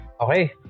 Okay